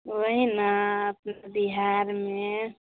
वहीँ ने आ सिर्फ बिहारमे